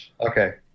Okay